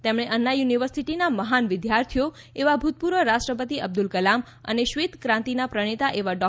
તેમણે અન્ના યુનિવર્સીટીનાં મહાન વિદ્યાર્થીઓ એવા ભૂતપૂર્વ રાષ્ટ્રપતિ અબ્દુલ કલામ અને શ્વેત ક્રાંતિનાં પ્રણેતા એવા ડો